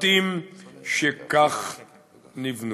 בתים שכך נבנו.